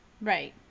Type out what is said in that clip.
Right